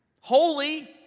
holy